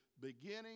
beginning